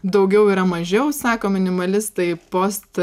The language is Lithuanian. daugiau yra mažiau sako minimalistai post